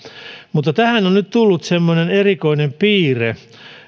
mutta tähän on nyt tullut semmoinen erikoinen piirre